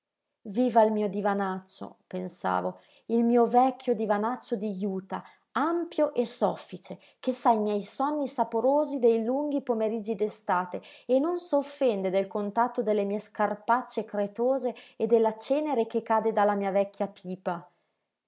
viva il mio divanaccio pensavo il mio vecchio divanaccio di juta ampio e soffice che sa i miei sonni saporosi dei lunghi pomeriggi d'estate e non s'offende del contatto delle mie scarpacce cretose e della cenere che cade dalla mia vecchia pipa